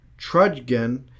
Trudgen